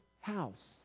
house